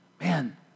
Man